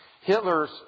Hitler's